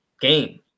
game